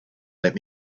let